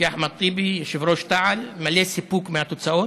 כאחמד טיבי, יושב-ראש תע"ל, מלא סיפוק מהתוצאות.